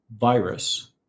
virus